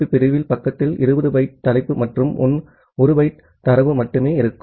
B பிரிவு பக்கத்தில் 20 byte header மற்றும் 1 பைட் தரவு மட்டுமே இருக்கும்